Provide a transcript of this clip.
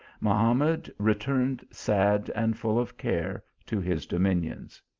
mahamad returned sad and full of care to his dominions.